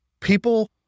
people